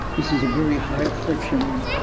this is a very high-friction,